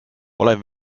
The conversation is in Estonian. olen